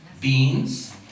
beans